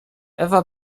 ewa